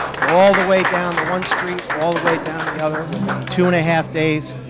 all the way down the one street, all the way down the other. within two and a half days,